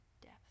depth